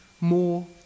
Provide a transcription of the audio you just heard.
more